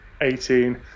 18